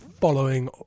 following